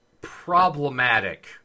problematic